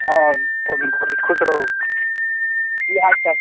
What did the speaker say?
हँ खुश रहू की हाल चाल